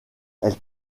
elle